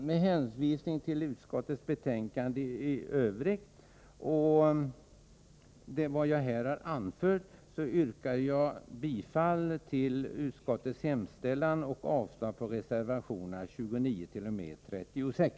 Med hänvisning till utskottets betänkande och till vad jag här har anfört yrkar jag bifall till utskottets hemställan och avslag på reservationerna 29-36.